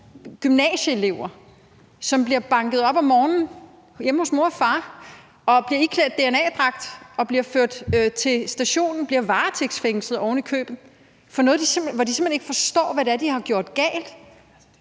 gymnasieelever, som bliver banket op om morgenen hjemme hos mor og far og bliver iklædt dna-dragt og ført til stationen og ovenikøbet bliver varetægtsfængslet, og de forstår simpelt hen ikke, hvad det er, de har gjort galt.